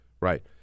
Right